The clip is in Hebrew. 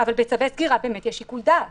אבל בצווי סגירה באמת יש שיקול דעת